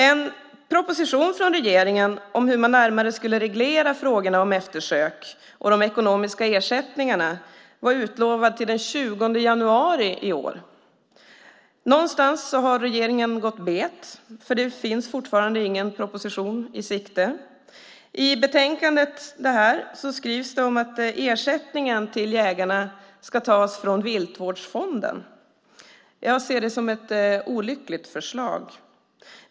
En proposition från regeringen om hur man närmare skulle reglera frågorna om eftersök och de ekonomiska ersättningarna var utlovad till den 20 januari i år. Någonstans har regeringen gått bet, för det finns fortfarande ingen proposition i sikte. I betänkandet skrivs det att ersättningen till jägarna ska tas från Viltvårdsfonden. Jag ser det som ett olyckligt förslag.